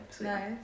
Nice